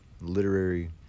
literary